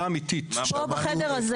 בחדר הזה.